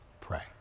pray